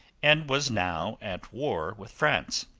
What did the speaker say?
and was now at war with france.